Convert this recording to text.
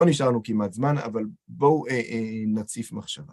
לא נשאר לנו כמעט זמן, אבל בואו נציף מחשבה.